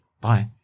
Bye